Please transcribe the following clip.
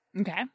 Okay